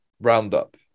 roundup